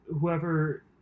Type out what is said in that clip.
whoever